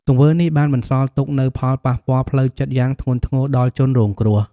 ទង្វើនេះបានបន្សល់ទុកនូវផលប៉ះពាល់ផ្លូវចិត្តយ៉ាងធ្ងន់ធ្ងរដល់ជនរងគ្រោះ។